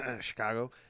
Chicago